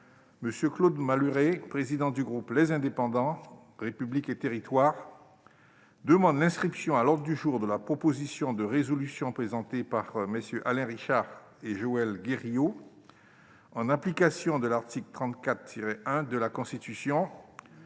jour, M. Claude Malhuret, président du groupe Les Indépendants- République et Territoires, demandent l'inscription à l'ordre du jour de la proposition de résolution présentée par MM. Alain Richard et Joël Guerriau, en application de l'article 34-1 de la Constitution,